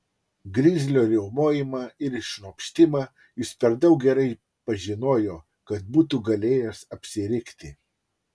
grizlio riaumojimą ir šnopštimą jis per daug gerai pažinojo kad būtų galėjęs apsirikti